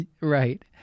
right